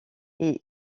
est